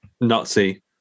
Nazi